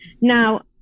now